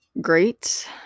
great